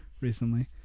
recently